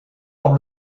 dans